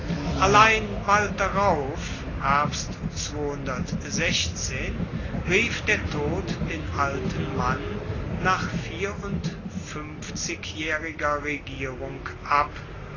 allein bald darauf rief der tod den alten mann nach vierundfuenfzigjaehriger regierung ab